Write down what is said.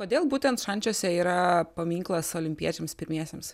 kodėl būtent šančiuose yra paminklas olimpiečiams pirmiesiems